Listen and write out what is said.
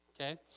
Okay